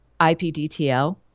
IPDTL